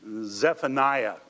Zephaniah